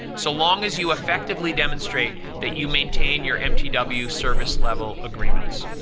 so long as you effectively demonstrate that you maintain your mtw service level agreements.